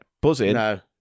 buzzing